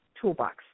toolbox